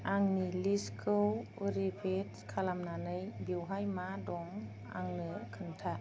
आंनि लिस्तखखौ रिफिट खालामनानै बेवहाय मा दं आंनो खोनता